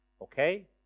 Okay